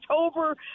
October